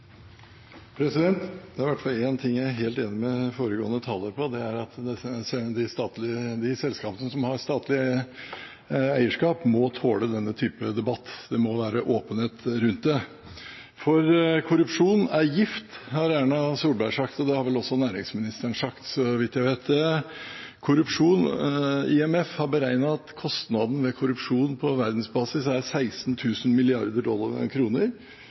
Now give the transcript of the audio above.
Det er i hvert fall én ting jeg er helt enig med foregående taler i: Selskapene med statlig eierskap må tåle denne type debatt, det må være åpenhet rundt det. «Korrupsjon er gift», har Erna Solberg sagt. Det har også næringsministeren sagt, så vidt jeg vet. IMF har beregnet at kostnadene ved korrupsjon på verdensbasis er